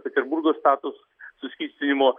peterburgas statos suskystinimo